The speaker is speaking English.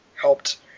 helped